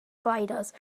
gliders